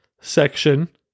section